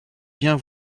bien